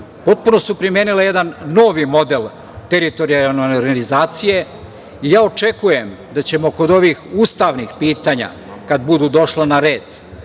potpuno su primenile jedan novi model teritorijalne organizacije. Očekujem da ćemo kod ovih ustavnih pitanja, kada budu došla na red,